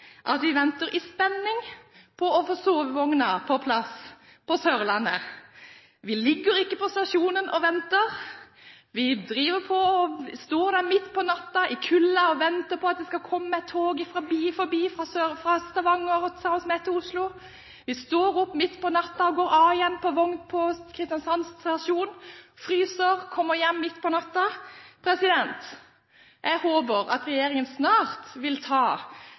at vi venter i spenning på å få sovevognen på plass på Sørlandsbanen. Vi ligger ikke på stasjonen og venter, vi står der midt på natten i kulden og venter på at det skal komme et tog fra Stavanger og ta oss med til Oslo. Vi står opp midt på natten og går av på Kristiansand stasjon, fryser, og kommer hjem midt på natten. Jeg håper at regjeringen snart vil ta